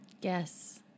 Yes